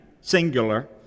singular